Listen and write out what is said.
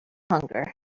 hunger